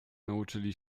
nauczyli